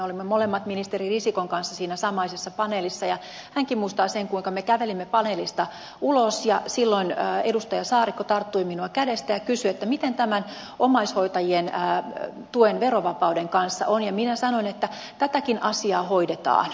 minä ja ministeri risikko olimme molemmat siinä samaisessa paneelissa ja hänkin muistaa sen kuinka me kävelimme paneelista ulos ja silloin edustaja saarikko tarttui minua kädestä ja kysyi miten tämän omaishoitajien tuen verovapauden kanssa on ja minä sanoin että tätäkin asiaa hoidetaan